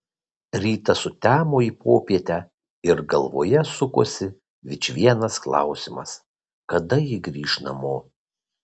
rytas sutemo į popietę ir galvoje sukosi vičvienas klausimas kada ji grįš namo